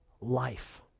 life